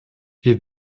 wir